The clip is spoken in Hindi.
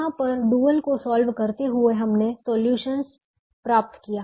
यहां पर डुअल को सॉल्व करते हुए हमने सोल्यूशन प्राप्त किया